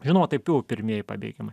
žinau tai jų pirmieji pabėgėliai